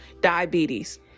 diabetes